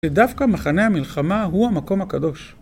שדווקא מחנה המלחמה הוא המקום הקדוש.